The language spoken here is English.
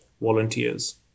volunteers